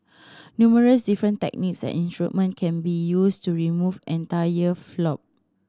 numerous different techniques and instrument can be used to remove entire polyp